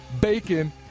bacon